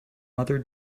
mother